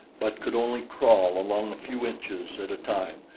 but could only crawl along a few inches at a time,